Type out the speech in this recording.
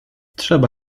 trzeba